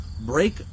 Break